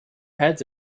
heads